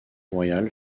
royal